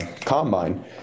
Combine